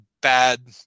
bad